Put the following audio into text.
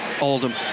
Oldham